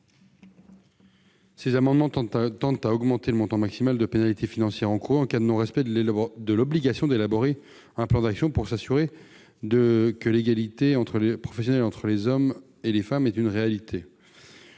Ces amendements tendent à augmenter le montant maximal de la pénalité financière encourue en cas de non-respect de l'obligation d'élaborer un plan d'action pour assurer l'égalité professionnelle entre les femmes et les hommes. Ce montant